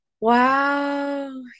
wow